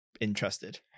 interested